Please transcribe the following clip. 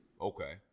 Okay